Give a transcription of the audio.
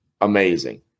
Amazing